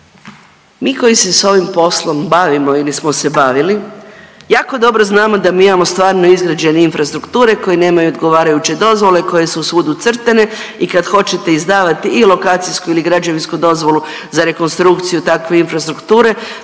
Mi koji se s ovim poslom bavimo ili smo se bavili jako dobro znamo da mi imamo stvarno izgrađene infrastrukture koje nemaju odgovarajuće dozvole koje su svugdje ucrtane i kada hoćete izdavati i lokacijsku ili građevinsku dozvolu za rekonstrukciju takve infrastrukture